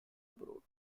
abroad